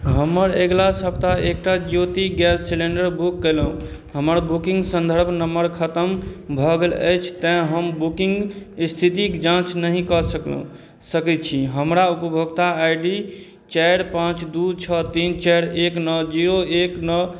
हमर अगिला सप्ताह एकटा ज्योति गैस सिलेण्डर बुक कएलहुँ हमर बुकिन्ग सन्दर्भ नम्बर खतम भऽ गेल अछि तेँ हम बुकिन्ग इस्थितिके जाँच नहि कऽ सकै छी हमरा उपभोक्ता आइ डी चारि पाँच दुइ छओ तीन चारि एक नओ जीरो एक नओ